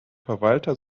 verwalter